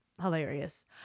hilarious